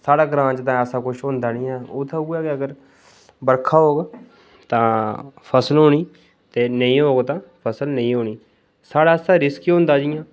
साढ़े ग्रांऽ च ऐसा कुछ होंदा निं ऐ उत्थै उऐ अगर बरखा होग तां फसल होनी नेईं होग तां फसल नेईं होनी साढ़े आस्तै रिस्की होंदा जि'यां